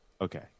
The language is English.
Okay